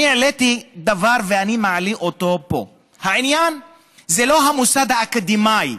העליתי דבר ואני מעלה אותו פה: העניין זה לא המוסד האקדמי,